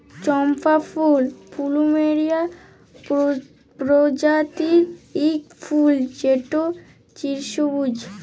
চম্পা ফুল পলুমেরিয়া প্রজাতির ইক ফুল যেট চিরসবুজ